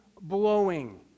blowing